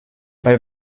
bei